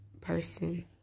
person